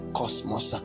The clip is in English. cosmos